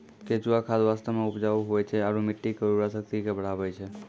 केंचुआ खाद वास्तव मे उपजाऊ हुवै छै आरू मट्टी के उर्वरा शक्ति के बढ़बै छै